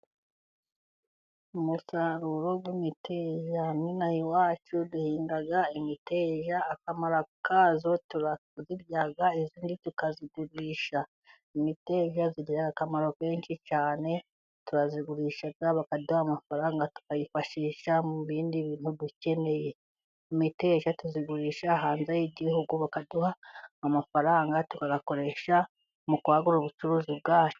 Umusaruro w'imiteja ninaha iwacu duhinga imiteja akamaro kayo turayirya iyindi tukayigurisha, igira akamaro kenshi cyane turayigurisha bakaduha amafaranga tukayifashisha mu bindi bintu dukeneye. Imiteja tuyigurisha hanze y'igihugu bakaduha amafaranga tuyakoresha mu kwagura ubucuruzi bwacu.